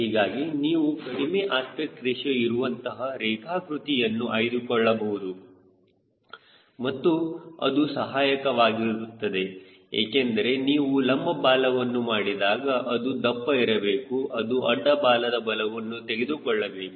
ಹೀಗಾಗಿ ನೀವು ಕಡಿಮೆ ಅಸ್ಪೆಕ್ಟ್ ರೇಶಿಯೋ ಇರುವಂತಹ ರೇಖಾಕೃತಿಯನ್ನು ಆಯ್ದುಕೊಳ್ಳಬಹುದು ಮತ್ತು ಅದು ಸಹಾಯಕವಾಗುತ್ತದೆ ಏಕೆಂದರೆ ನೀವು ಲಂಬ ಬಾಲವನ್ನು ಮಾಡಿದಾಗ ಅದು ದಪ್ಪ ಇರಬೇಕು ಅದು ಅಡ್ಡ ಬಾಲದ ಬಲವನ್ನು ತೆಗೆದುಕೊಳ್ಳಬೇಕು